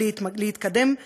ולהתקדם,